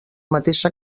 mateixa